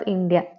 India